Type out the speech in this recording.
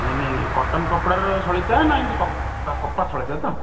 ଏ ନାଇଁ କଟନ୍ କପଡ଼ାର ସଳିତା ନା ଏମିତି କପା କପା ସଳିତା ତ